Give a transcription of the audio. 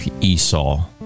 Esau